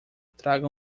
traga